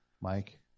Mike